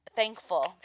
thankful